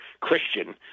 Christian